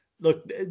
look